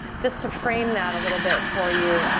just to frame that a little bit for you